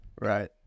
right